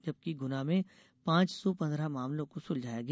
जबकि गुना में पांच सौ पंद्रह मामलों को सुलझाया गया